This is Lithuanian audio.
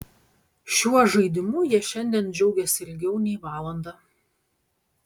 šiuo žaidimu jie šiandien džiaugėsi ilgiau nei valandą